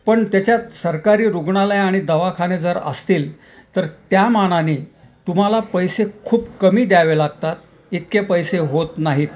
पण त्याच्यात सरकारी रुग्णालय आणि दवाखाने जर असतील तर त्यामानाने तुम्हाला पैसे खूप कमी द्यावे लागतात इतके पैसे होत नाहीत